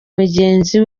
mugenzi